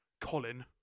Colin